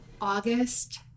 August